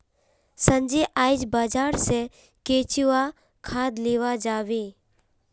संजय आइज बाजार स केंचुआ खाद लीबा जाबे